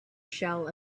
shell